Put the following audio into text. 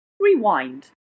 Rewind